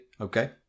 Okay